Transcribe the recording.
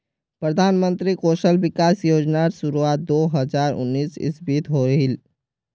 प्रधानमंत्री कौशल विकाश योज्नार शुरुआत दो हज़ार उन्नीस इस्वित होहिल